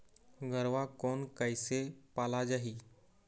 गरवा कोन कइसे पाला जाही?